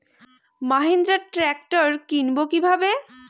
Mahindra tractor কিনবো কি ভাবে?